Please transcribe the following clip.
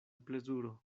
plezuro